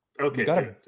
Okay